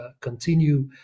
continue